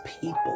people